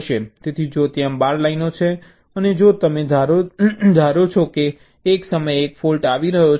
તેથી જો ત્યાં 12 લાઈનો છે અને જો તમે ધારો કે એક સમયે 1 ફૉલ્ટ આવી રહ્યો છે